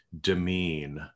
demean